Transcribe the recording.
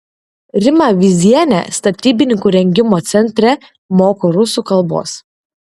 rima vyzienė statybininkų rengimo centre moko rusų kalbos